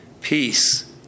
peace